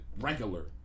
regular